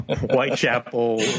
Whitechapel